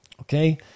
okay